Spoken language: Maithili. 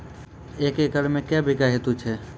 एक एकरऽ मे के बीघा हेतु छै?